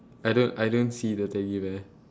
I don't I don't see the teddy bear